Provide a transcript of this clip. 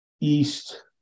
east